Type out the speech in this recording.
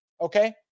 okay